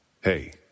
Hey